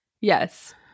Yes